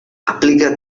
aplica